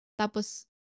tapos